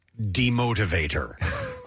demotivator